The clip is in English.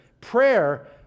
prayer